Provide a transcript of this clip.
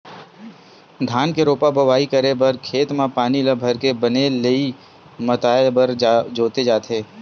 धान के रोपा बोवई करे बर खेत म पानी ल भरके बने लेइय मतवाए बर जोते जाथे